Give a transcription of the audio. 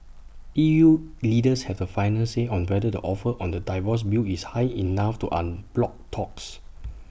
E U leaders have the final say on whether the offer on the divorce bill is high enough to unblock talks